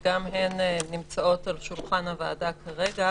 שגם הן על שולחן הוועדה כרגע